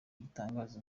gitangaza